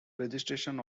registration